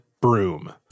broom